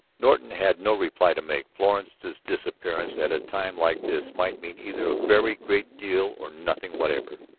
norton had no reply to make. florence's disappearance at a time like this might mean either a very great deal or nothing whatever.